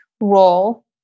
role